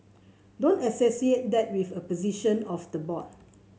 don't associate that with a position of the board